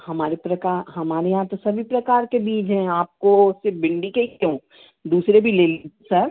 हमारे प्रका हमारे यहाँ तो सभी प्रकार के बीज हैं आपको सिर्फ़ भिंडी के ही क्यों दूसरे भी ले ली सर